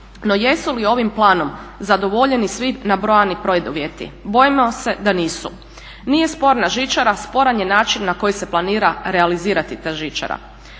No jesu li ovim planom zadovoljeni svi nabrojani preduvjeti? Bojimo se da nisu. Nije sporna žičara, sporan je način na koji se planira realizirati ta žičara.